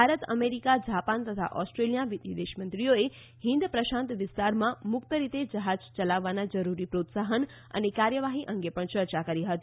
Bharat America Japan તથા ઓસ્ટ્રેલીયાનાં વિદેશમંત્રીઓએ હિંદ પ્રશાંત વિસ્તારમાં મુક્ત રીતે જહાજ ચલાવાનાં જરૂરી પ્રોત્સાહન અને કાર્યવાહી અંગે પણ ચર્ચા કરી હતી